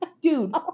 Dude